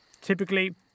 Typically